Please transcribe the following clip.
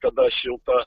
kada šilta